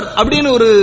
abdinur